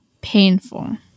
painful